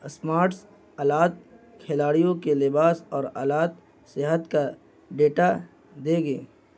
smarts آلات کھلاڑیوں کے لباس اور آلات صحت کا ڈیٹا دے گی